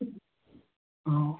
অঁ